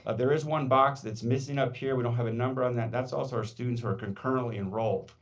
there is one box that's missing up here. we don't have a number on that. that's also our students who are concurrently enrolled,